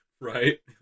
Right